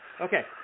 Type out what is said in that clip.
okay